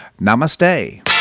Namaste